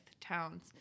Towns